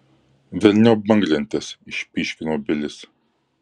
velniop banglentes išpyškino bilis